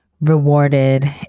rewarded